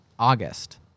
August